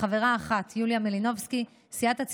חבר אחד; סיעת ישראל ביתנו,